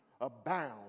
abound